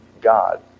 God